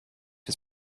his